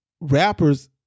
rappers